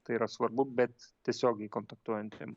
tai yra svarbu bet tiesiogiai kontaktuojantiem